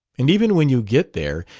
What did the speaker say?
and even when you get there,